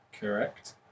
Correct